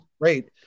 great